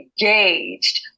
engaged